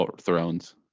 thrones